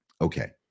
Okay